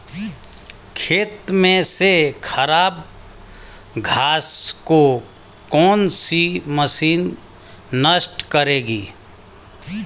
खेत में से खराब घास को कौन सी मशीन नष्ट करेगी?